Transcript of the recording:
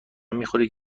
میخورید